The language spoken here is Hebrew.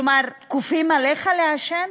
כלומר כופים עליך לעשן,